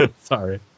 Sorry